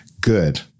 Good